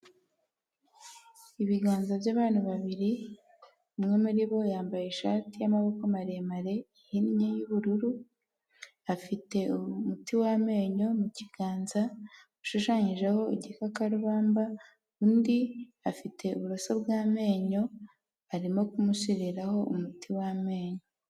Ibiganza by'abantu babiri, umwe muri bo yambaye ishati y'amaboko maremare ihinnye y'ubururu, afite umuti w'amenyo mu kiganza ushushanyijeho igikakarubamba, undi afite uburoso bw'amenyo, arimo kumushiriraho umuti w'amenyo.